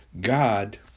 God